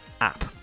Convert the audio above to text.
app